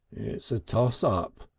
it's a toss up.